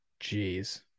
Jeez